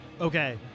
Okay